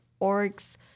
orgs